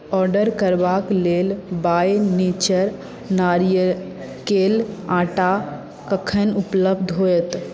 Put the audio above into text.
order करबाक लेल by nature नारिकेल आटा कखन उपलब्ध होयत